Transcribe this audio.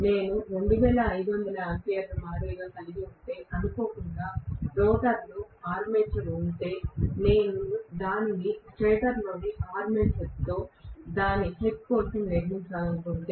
నేను 2500 ఆంపియర్ల మాదిరిగా కలిగి ఉంటే అనుకోకుండా రోటర్లో ఆర్మేచర్ ఉంటే నేను దానిని స్టేటర్లోని ఆర్మేచర్తో దాని హెక్ కోసం నిర్మించాలనుకుంటే